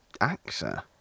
actor